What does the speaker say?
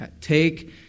take